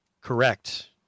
Correct